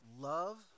love